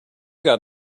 got